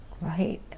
Right